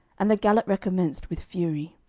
and the gallop recommenced with fury.